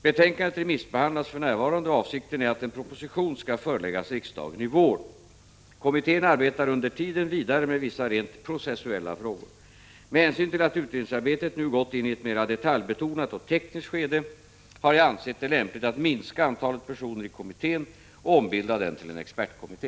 Betänkandet remissbehandlas för närvarande, och avsikten är att en proposition skall föreläggas riksdagen i vår. Kommittén arbetar under tiden vidare med vissa rent processuella frågor. Med hänsyn till att utredningsarbetet nu gått in i ett mera detaljbetonat och tekniskt skede har jag ansett det lämpligt att minska antalet personer i kommittén och ombilda den till en expertkommitté.